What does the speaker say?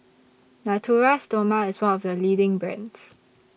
Natura Stoma IS one of The leading brands